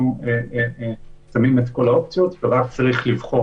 אנחנו שמים את כל האופציות ורק צריך לבחור